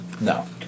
No